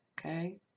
Okay